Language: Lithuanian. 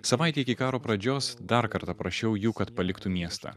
savaitę iki karo pradžios dar kartą prašiau jų kad paliktų miestą